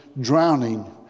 Drowning